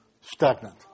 Stagnant